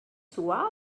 suar